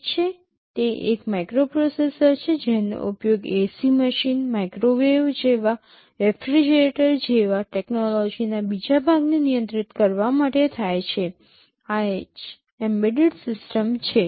ઠીક છે તે એક માઇક્રોપ્રોસેસર છે જેનો ઉપયોગ એસી મશીન માઇક્રોવેવ જેવા રેફ્રિજરેટર જેવા ટેક્નોલોજીના બીજા ભાગને નિયંત્રિત કરવા માટે થાય છે આ જ એમ્બેડેડ સિસ્ટમ છે